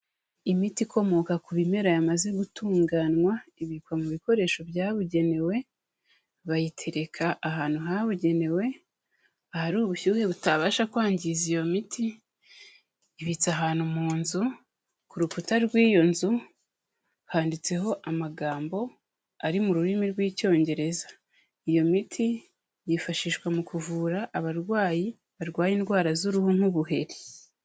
Imiti ikomoka ku bimera yamaze gutunganywa ibikwa mu bikoresho byabugenewe, bayitereka ahantu habugenewe, ahari ubushyuhe butabasha kwangiza iyo miti, ibitse ahantu mu nzu, ku rukuta rw'iyo nzu handitseho amagambo ari mu rurimi rw'Icyongereza iyo miti yifashishwa mu kuvura abarwayi barwaye indwara z'uruhu nk'ubuheri.